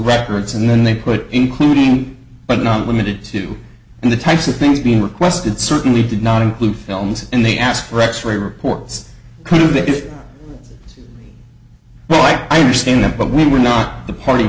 records and then they put including but not limited to and the types of things being requested certainly did not include films and they asked for x ray reports kind of if i understand them but we were not the party